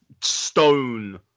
stone